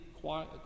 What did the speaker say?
quiet